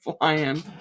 flying